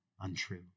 untrue